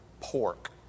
pork